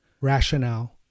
rationale